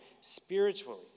spiritually